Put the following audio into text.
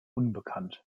unbekannt